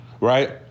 right